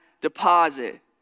deposit